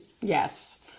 yes